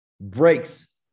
breaks